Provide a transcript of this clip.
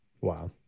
wow